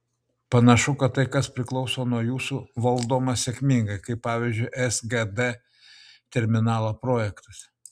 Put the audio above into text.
panašu kad tai kas priklauso nuo jūsų valdoma sėkmingai kaip pavyzdžiui sgd terminalo projektas